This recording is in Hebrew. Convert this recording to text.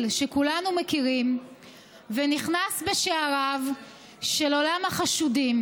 שכולנו מכירים ונכנס בשעריו של עולם החשודים,